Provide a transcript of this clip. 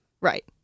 right